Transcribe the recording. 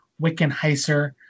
Wickenheiser